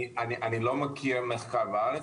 אני לא מכיר מחקר בארץ,